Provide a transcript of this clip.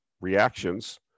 reactions